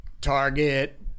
Target